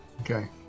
Okay